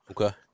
Okay